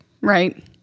Right